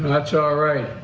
that's all right.